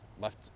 left